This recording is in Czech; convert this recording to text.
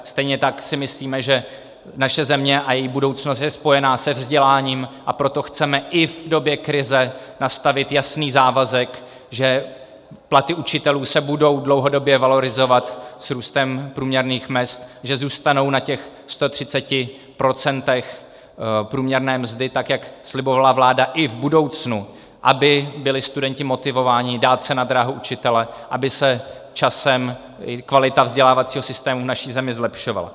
Stejně tak si myslíme, že naše země a její budoucnost je spojena se vzděláním, a proto chceme i v době krize nastavit jasný závazek, že platy učitelů se budou dlouhodobě valorizovat s růstem průměrných mezd, že zůstanou na těch 130 % průměrné mzdy tak, jak slibovala vláda, i v budoucnu, aby byli studenti motivováni dát se na dráhu učitele, aby se časem i kvalita vzdělávacího systému v naší zemi zlepšovala.